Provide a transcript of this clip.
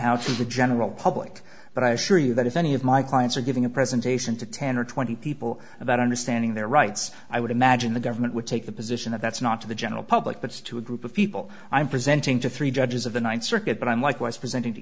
to the general public but i assure you that if any of my clients are giving a presentation to ten or twenty people about understanding their rights i would imagine the government would take the position that that's not to the general public but to a group of people i'm presenting to three judges of the ninth circuit but i'm likewise presenting to